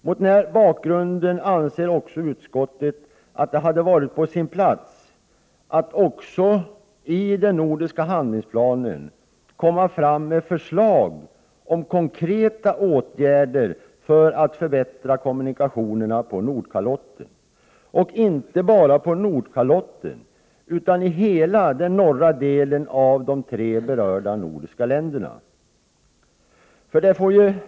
Mot denna bakgrund anser utskottet att det hade varit på sin plats att man i den nordiska handlingsplanen även hade lagt fram förslag om konkreta åtgärder för att förbättra kommunikationerna på Nordkalotten, och inte bara på Nordkalotten utan i hela den norra delen av de tre berörda nordiska länderna. Herr talman!